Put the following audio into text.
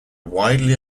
widely